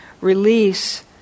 release